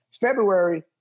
February